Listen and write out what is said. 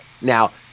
Now